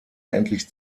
endlich